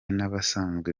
n’abasanzwe